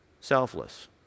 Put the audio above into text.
selfless